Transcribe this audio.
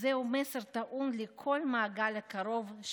זהו מסר טעון לכל מעגל קרוב,